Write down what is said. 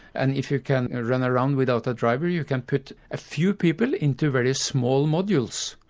and if you can run around without a driver you can put a few people into very small modules.